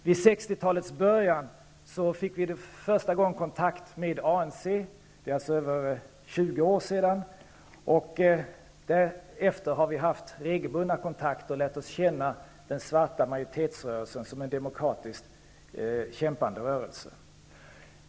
Vid 60-talets början -- alltså för över 20 år sedan -- fick vi för första gången kontakt med ANC, och därefter har vi haft regelbundna kontakter med ANC och lärt känna den svarta majoritetsrörelsen som en demokratiskt kämpande rörelse.